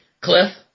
Cliff